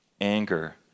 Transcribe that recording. anger